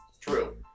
True